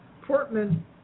Portman